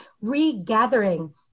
regathering